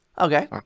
okay